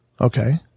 Okay